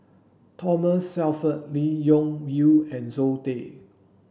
Thomas Shelford Lee Wung Yew and Zoe Tay